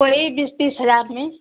वही बीस तीस हजार में